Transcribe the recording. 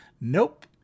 Nope